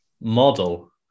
model